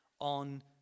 on